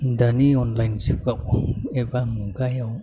दानि अनलाइन जुगाव एबा मुगायाव